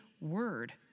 word